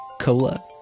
cola